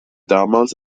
damals